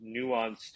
nuanced